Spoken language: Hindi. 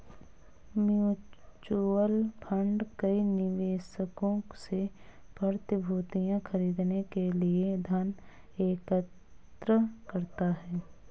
म्यूचुअल फंड कई निवेशकों से प्रतिभूतियां खरीदने के लिए धन एकत्र करता है